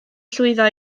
llwyddo